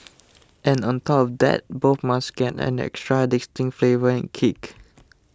and on top of that both must get an extra distinct flavour and kick